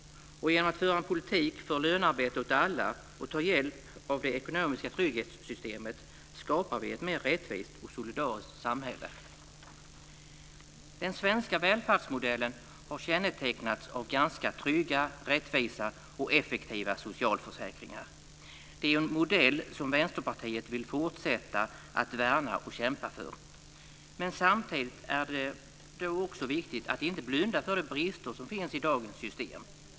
Genom att föra en politik för lönearbete åt alla och ta hjälp av det ekonomiska trygghetssystemet skapar vi ett mer rättvist och solidariskt samhälle. Den svenska välfärdsmodellen har kännetecknats av ganska trygga, rättvisa och effektiva socialförsäkringar. Det är en modell som Vänsterpartiet vill fortsätta att värna och kämpa för. Men samtidigt är det också viktigt att inte blunda för de brister som finns i dagens system.